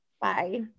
Bye